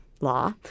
law